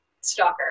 Stalker